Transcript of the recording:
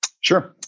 Sure